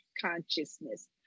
consciousness